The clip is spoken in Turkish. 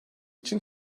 için